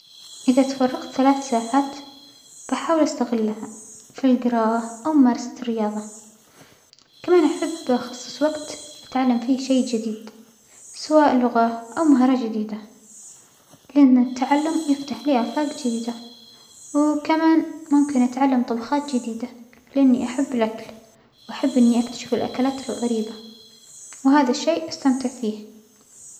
إذا تفرغت ثلاث ساعات أحاول أستغلها في الجراءة أو ممارسة رياظة، كمان أحب أخصص وقت أتعلم فيه شيء جديد سواء لغة أو مهارة جديدة لأن التعلم يفتح لى آفاج جديدة، وكمان ممكن أتلعم طبخات جديدة لأنى أحب الأكل وأحب إنى أكتشف الأكلات الغريبة ، وهذا الشيء أستمتع فيه.